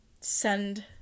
send